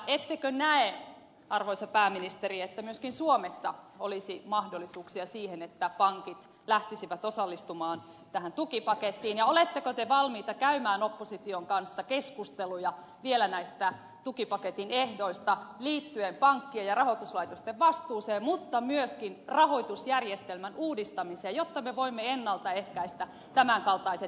ettekö näe arvoisa pääministeri että myöskin suomessa olisi mahdollisuuksia siihen että pankit lähtisivät osallistumaan tähän tukipakettiin ja oletteko te valmiita käymään opposition kanssa keskusteluja vielä näistä tukipaketin ehdoista liittyen pankkien ja rahoituslaitosten vastuuseen mutta myöskin rahoitusjärjestelmän uudistamiseen jotta me voimme ennalta ehkäistä tämän kaltaiset kriisit